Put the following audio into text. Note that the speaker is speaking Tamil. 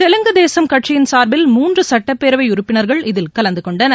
தெலுங்கு தேசம் கட்சியின் சார்பில் மூன்று சட்டப்பேரவை உறுப்பினர்கள் இதில் கலந்து கொண்டனர்